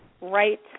right